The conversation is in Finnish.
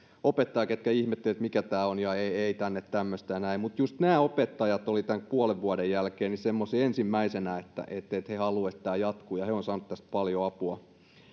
opettaja jotka ihmettelivät että mikä tämä on ja ei ei tänne tämmöistä ja näin mutta juuri nämä opettajat olivat tämän puolen vuoden jälkeen ensimmäisenä että he haluavat että tämä jatkuu ja he ovat saaneet tästä paljon apua